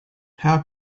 how